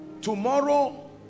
tomorrow